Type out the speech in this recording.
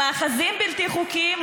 למאחזים בלתי חוקיים,